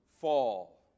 fall